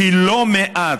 כי לא מעט,